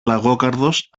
λαγόκαρδος